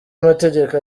mategeko